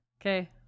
Okay